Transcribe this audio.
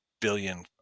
billion